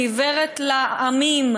והיא עיוורת לעמים,